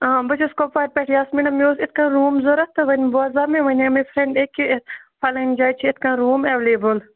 آ بہٕ چھَس کۅپوارِ پٮ۪ٹھ یاسمیٖنہ مےٚ اوس یِتھٕ کٔنۍ روٗم ضروٗرت تہٕ وۅنۍ بوزاو مےٚ وَنٮ۪و مےٚ فرینٛڈِ أکہِ فَلٲنٛۍ جایہِ چھُ یِتھٕ کٔنۍ روٗم اَیٚویلیبُل